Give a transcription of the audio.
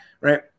right